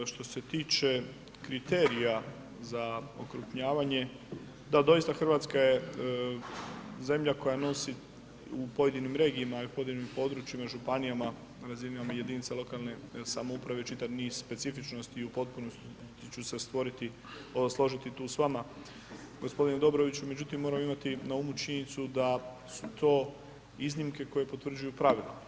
Što se tiče kriterija za okrupnjavanje, da, doista Hrvatska je doista zemlja koja nosi u pojedinim regijama, u pojedinim područjima, županijama na razini jedinica lokalne samouprave čitav niz specifičnosti i u potpunosti ću se složiti tu s vama, g. Dobroviću, međutim moramo imati na umu činjenicu da su to iznimke koje potvrđuju pravila.